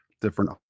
different